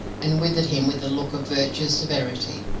and withered him with a look of virtuous severity.